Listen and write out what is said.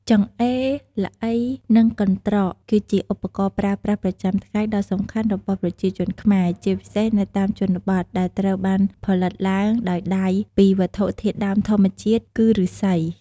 ចង្អេរ ល្អី និងកន្រ្តក គឺជាឧបករណ៍ប្រើប្រាស់ប្រចាំថ្ងៃដ៏សំខាន់របស់ប្រជាជនខ្មែរ ជាពិសេសនៅតាមជនបទ ដែលត្រូវបានផលិតឡើងដោយដៃពីវត្ថុធាតុដើមធម្មជាតិ គឺ ឫស្សី។